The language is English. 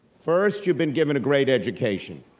first, you've been given a great education,